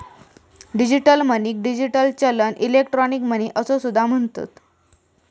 digital मनीक digital चलन, electronic money असो सुद्धा म्हणतत